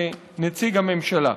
כנציג הממשלה: